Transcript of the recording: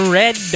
red